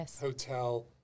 hotel